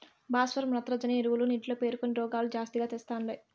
భాస్వరం నత్రజని ఎరువులు నీటిలో పేరుకొని రోగాలు జాస్తిగా తెస్తండాయి